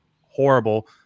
horrible